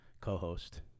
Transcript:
co-host